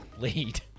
lead